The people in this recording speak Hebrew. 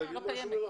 צודק.